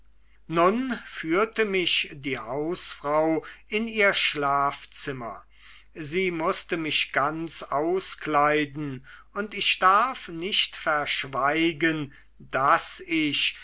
nun führte mich die hausfrau in ihr schlafzimmer sie mußte mich ganz auskleiden und ich darf nicht verschweigen daß ich